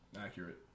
accurate